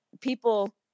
people